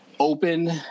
Open